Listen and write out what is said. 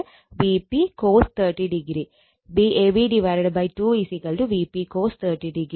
Vab 2 Vp cos 30o